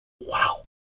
Wow